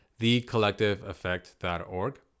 thecollectiveeffect.org